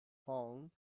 fallen